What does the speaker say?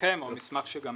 שלפניכם או המסמך שגם